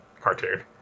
cartoon